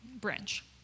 branch